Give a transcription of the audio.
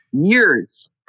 years